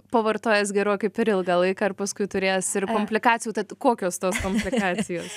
pavartojęs gerokai per ilgą laiką ir paskui turės ir komplikacijų tad kokios tos komplikacijos